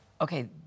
Okay